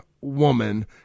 woman